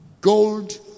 gold